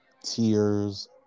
tears